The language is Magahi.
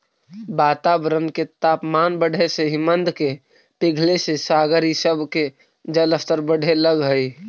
वातावरण के तापमान बढ़े से हिमनद के पिघले से सागर इ सब के जलस्तर बढ़े लगऽ हई